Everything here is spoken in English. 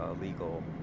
legal